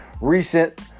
recent